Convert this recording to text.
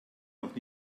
noch